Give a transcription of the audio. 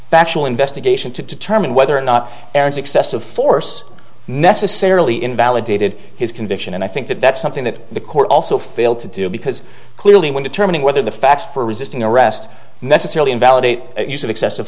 factual investigation to determine whether or not aaron's excessive force necessarily invalidated his conviction and i think that that's something that the court also failed to do because clearly when determining whether the facts for resisting arrest necessarily invalidate use of excessive